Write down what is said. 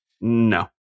No